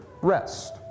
rest